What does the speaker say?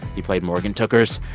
he played morgan tookers.